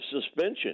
suspension